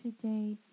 today